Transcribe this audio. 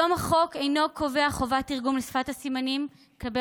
כיום החוק אינו קובע חובת תרגום לשפת סימנים לגבי